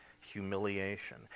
humiliation